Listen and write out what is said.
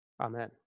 Amen